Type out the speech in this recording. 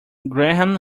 graham